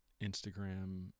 Instagram